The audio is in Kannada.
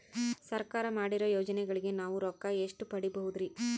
ಸರ್ಕಾರ ಮಾಡಿರೋ ಯೋಜನೆಗಳಿಗೆ ನಾವು ರೊಕ್ಕ ಎಷ್ಟು ಪಡೀಬಹುದುರಿ?